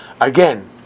again